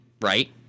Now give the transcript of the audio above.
right